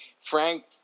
Frank